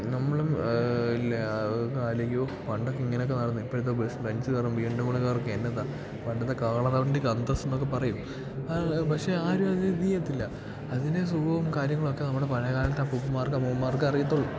നമ്മളും ഒന്നാലോചിക്കും പണ്ടൊക്കെ ഇങ്ങനക്കെ നടന്ന് ഇപ്പോഴത്തെ ബസ് ബെൻസ് കാറും ബി എം ഡബ്ല്യൂ കാറൊക്കെ എന്നതാ പണ്ടത്തെ കാളവണ്ടിക്ക് അന്തസ് എന്നൊക്കെ പറയും പക്ഷെ ആരുവത് ഇത് ചെയ്യത്തില്ല അതിന് സുഖവും കാര്യങ്ങളും ഒക്കെ നമ്മുടെ പഴയ കാലത്തെ അപ്പുപ്പൻമാർക്ക് അമ്മുമ്മമാർക്ക് അറിയത്തൊള്ളു